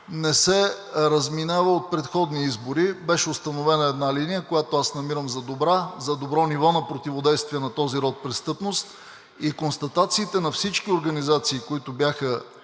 не се разминава от предходни избори. Беше установена една линия, която аз намирам за добра, за добро ниво на противодействие на този род престъпност и констатациите на всички организации, които бяха